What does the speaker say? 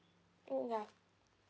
mm yeah